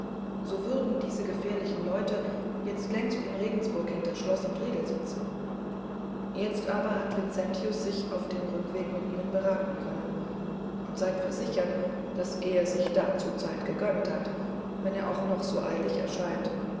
so würden diese gefährlichen leute jetzt längst in regensburg hinter schloß und riegel sitzen jetzt aber hat vincentius sich auf dem rückweg mit ihnen beraten können und seid versichert daß er sich dazu zeit gegönnt hat wenn er auch noch so eilig erscheint